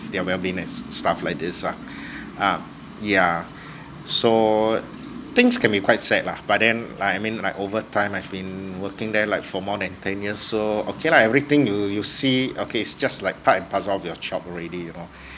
their well being and stuff like this lah ah yeah so things can be quite sad lah but then like I mean like over time I've been working there like for more than ten years old okay lah everything you you see okay its just like part and parcel of your job already you know